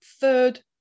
third